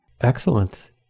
Excellent